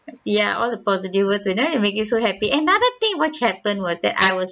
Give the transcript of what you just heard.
ya all the positive words will now make you so happy another thing what happened was that I was